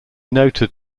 noted